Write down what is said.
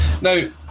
Now